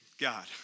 God